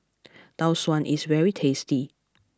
Tau Suan is very tasty